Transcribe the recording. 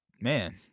man